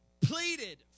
pleaded